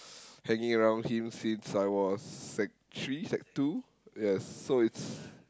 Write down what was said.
s~ hanging around him since I was sec three sec two yes so it's